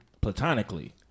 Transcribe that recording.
platonically